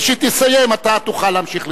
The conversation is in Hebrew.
וכשהיא תסיים אתה תוכל להמשיך לדבר.